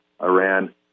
Iran